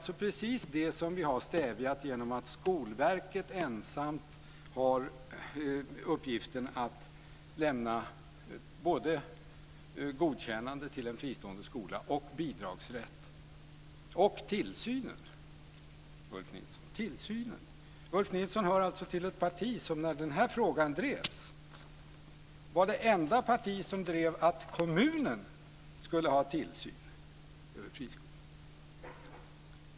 Det är precis detta som vi har stävjat genom att Skolverket ensamt har uppgiften att lämna både godkännande till en fristående skola och bidragsrätt. Dessutom handlar det om tillsynen. Ulf Nilsson hör alltså till ett parti som när den här frågan drevs var det enda partiet som drev att kommunen skulle ha tillsynen över friskolorna.